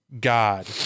God